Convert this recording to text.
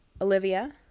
Olivia